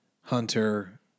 Hunter